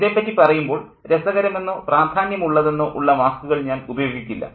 ഇതേപ്പറ്റി പറയുമ്പോൾ രസകരമെന്നോ പ്രാധാന്യമുള്ളതെന്നോ ഉള്ള വാക്കുകൾ ഞാൻ ഉപയോഗിക്കില്ല